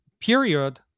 Period